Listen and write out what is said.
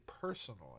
personally